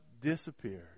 disappeared